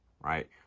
Right